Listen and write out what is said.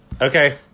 Okay